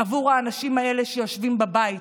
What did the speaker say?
עבור האנשים האלה שיושבים בבית